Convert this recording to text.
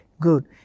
Good